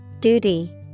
Duty